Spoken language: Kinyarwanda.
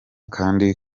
kandi